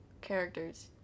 characters